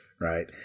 right